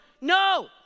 No